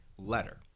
letter